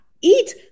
eat